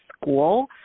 school